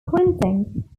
printing